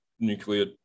nuclear